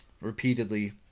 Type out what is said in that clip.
repeatedly